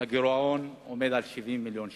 והגירעון הוא 70 מיליון שקל,